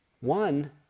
One